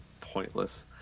pointless